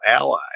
ally